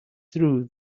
through